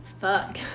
Fuck